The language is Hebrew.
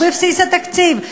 והוא בבסיס התקציב,